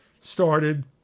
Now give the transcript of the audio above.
started